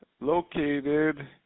located